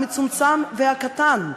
המצומצם והקטן,